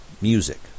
music